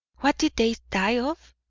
what did they die of?